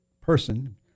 person